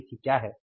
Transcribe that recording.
ABC क्या है